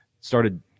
started